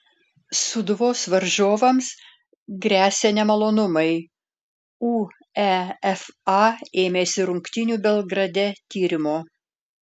sūduvos varžovams gresia nemalonumai uefa ėmėsi rungtynių belgrade tyrimo